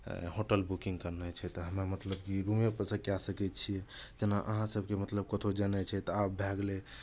hotel booking कयनाइ छै तऽ हमरा मतलब कि रूमेपर सँ कए सकै छियै जेना अहाँ सभके मतलब कतहु जेनाइ छै तऽ आब भए गेलै